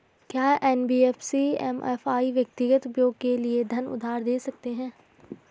क्या NBFC MFI व्यक्तिगत उपयोग के लिए धन उधार दें सकते हैं?